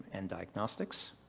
and diagnostics.